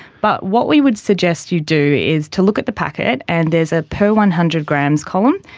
but what we would suggest you do is to look at the packet, and there is a per one hundred grams column.